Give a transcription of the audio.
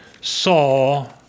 saw